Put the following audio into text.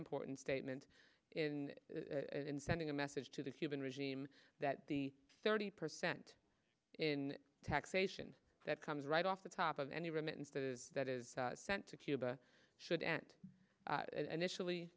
important statement in sending a message to the cuban regime that the thirty per cent in taxation that comes right off the top of any remittances that is sent to cuba should end and initially